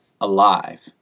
alive